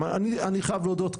אני חייב להודות,